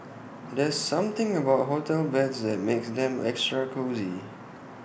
there's something about hotel beds that makes them extra cosy